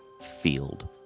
field